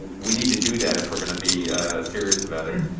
we need to do that if we're going to be serious about it.